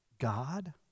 God